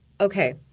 okay